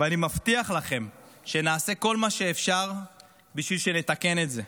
ואני מבטיח לכם שנעשה כל מה שאפשר בשביל שנתקן את זה,